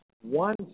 one